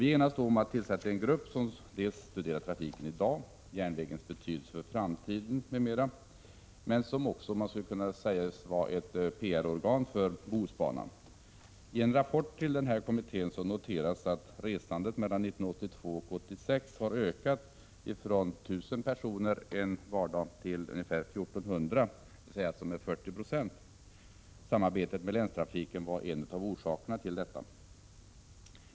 Vi enades om att tillsätta en grupp som skulle studera trafiken i dag och järnvägens betydelse m.m. men som också skulle kunna sägas vara ett PR-organ för Bohusbanan. I en rapport till kommittén noteras att antalet resande mellan 1982 och 1986 har ökat från 1 000 personer en vardag till ungefär 1 400, dvs. med 40 90. Samarbetet med länstrafiken är en av orsakerna till detta.